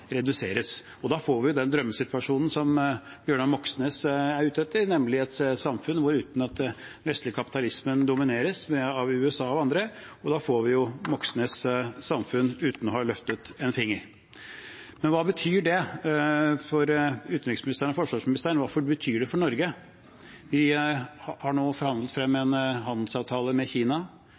reduseres. Da får vi den drømmesituasjonen som Bjørnar Moxnes er ute etter, nemlig et samfunn uten at den vestlige kapitalismen domineres av USA og andre, og da får vi Moxnes’ samfunn uten å ha løftet en finger. Men hva betyr det for utenriksministeren og forsvarsministeren? Hva betyr det for Norge? Vi har nå forhandlet frem en handelsavtale med Kina.